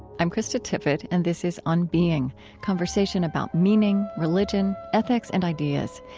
i'm krista tippett and this is on being conversation about meaning, religion, ethics, and ideas.